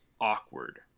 awkward